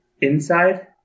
Inside